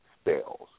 spells